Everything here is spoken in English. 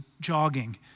jogging